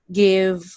give